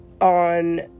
on